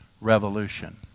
revolution